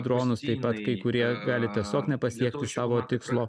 dronus taip pat kai kurie gali tiesiog nepasiekti savo tikslo